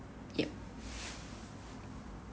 yep